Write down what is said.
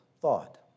thought